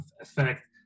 effect